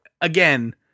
again